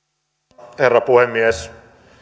arvoisa herra puhemies